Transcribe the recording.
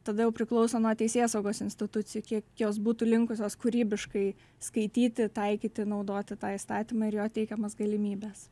todėl priklauso nuo teisėsaugos institucijų kiek jos būtų linkusios kūrybiškai skaityti taikyti naudoti tą įstatymą ir jo teikiamas galimybes